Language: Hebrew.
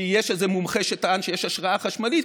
כי יש איזה מומחה שטען שיש השראה חשמלית.